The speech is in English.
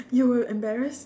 you were embarrassed